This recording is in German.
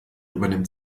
übernimmt